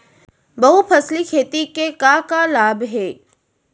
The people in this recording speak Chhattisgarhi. बहुफसली खेती के का का लाभ हे?